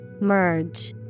Merge